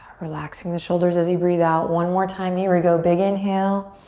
relaxing the shoulders as you breathe out, one more time. here we go, big inhale.